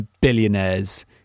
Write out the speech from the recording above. billionaires